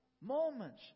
moments